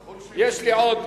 ככל שהם צעירים יותר, יש לי עוד,